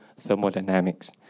thermodynamics